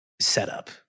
setup